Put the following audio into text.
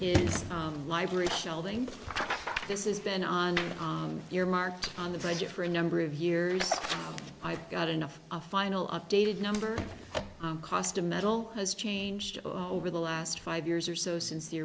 eighteen library shelving this is then on your mark on the budget for a number of years i've got enough a final updated number cost of metal has changed over the last five years or so since the